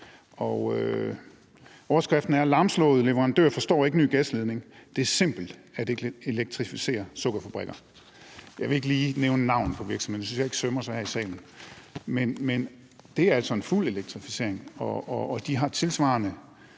og overskriften er: »Lamslået leverandør forstår ikke ny gasledning: Det er simpelt at elektrificere sukkerfabrikker«. Jeg vil ikke lige nævne navnet på virksomheden – det synes jeg ikke sømmer sig her i salen. Men det er altså en fuld elektrificering, og de har tilsvarende